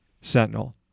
sentinel